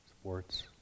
sports